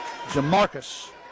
Jamarcus